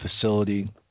facility